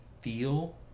feel